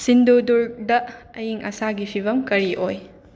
ꯁꯤꯟꯗꯨꯗꯨꯔꯗ ꯑꯌꯤꯡ ꯑꯁꯥꯒꯤ ꯐꯤꯕꯝ ꯀꯔꯤ ꯑꯣꯏ